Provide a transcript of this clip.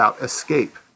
escape